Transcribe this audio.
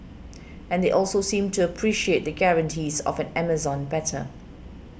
and they also seemed to appreciate the guarantees of an Amazon better